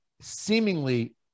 seemingly